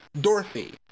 Dorothy